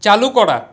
চালু করা